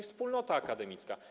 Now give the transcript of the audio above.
Wspólnota akademicka.